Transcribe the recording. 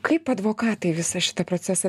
kaip advokatai visą šitą procesą